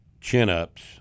chin-ups